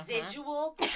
residual